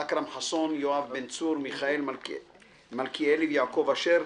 אכרם חסון, יואב בן צור, מיכאל מלכיאלי ויעקב אשר.